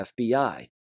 FBI